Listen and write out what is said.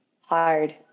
hard